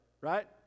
right